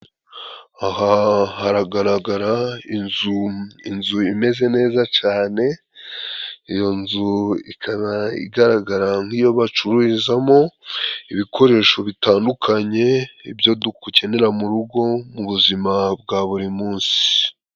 Aha haragaragara inzu, inzu imeze neza cane , iyo nzu ikaba igaragara nk'iyo bacururizamo ibikoresho bitandukanye, ibyo dukenera mu rugo mu buzima bwa buri munsi.